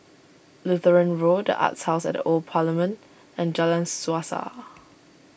Lutheran Road Arts House at the Old Parliament and Jalan Suasa